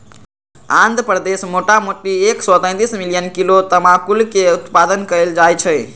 आंध्र प्रदेश मोटामोटी एक सौ तेतीस मिलियन किलो तमाकुलके उत्पादन कएल जाइ छइ